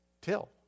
Till